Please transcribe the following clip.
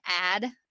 add